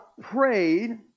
prayed